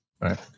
Right